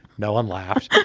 no one laughed.